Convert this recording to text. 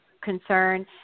concern